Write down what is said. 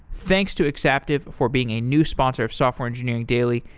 thanks to exaptive for being a new sponsor of software engineering daily.